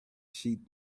sheath